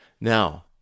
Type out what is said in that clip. Now